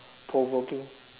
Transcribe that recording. provoking